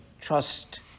trust